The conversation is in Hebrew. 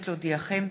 להודיעכם,